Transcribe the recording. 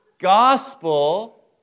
Gospel